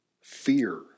fear